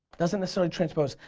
doesn't necessarily transpose.